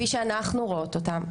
כפי שאנחנו רואות אותם,